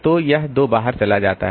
तो यह 2 बाहर चला जाता है